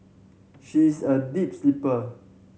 she is a deep sleeper